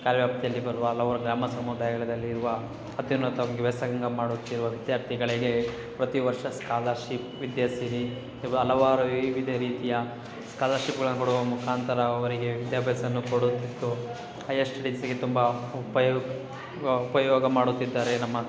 ಕಾರ್ಯವ್ಯಾಪ್ತಿಯಲ್ಲಿ ಬರುವ ಹಲವಾರು ಗ್ರಾಮ ಸಮುದಾಯದಲ್ಲಿರುವ ಅತ್ಯುನ್ನತವಾಗಿ ವ್ಯಾಸಂಗ ಮಾಡುತ್ತಿರುವ ವಿದ್ಯಾರ್ಥಿಗಳಿಗೆ ಪ್ರತಿ ವರ್ಷ ಸ್ಕಾಲರ್ಶಿಪ್ ವಿದ್ಯಾಸಿರಿ ಹಲವಾರು ವಿವಿಧ ರೀತಿಯ ಸ್ಕಾಲರ್ಶಿಪ್ಗಳನ್ನ ಕೊಡುವ ಮುಖಾಂತರ ಅವರಿಗೆ ವಿದ್ಯಾಭ್ಯಾಸನ್ನು ಕೊಡುತಿತ್ತು ಹೈಯರ್ ಸ್ಟಡೀಸಿಗೆ ತುಂಬ ಉಪಯೋಗ ಉಪಯೋಗ ಮಾಡುತ್ತಿದ್ದಾರೆ ನಮ್ಮ